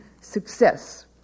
success